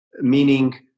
meaning